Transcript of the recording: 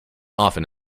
often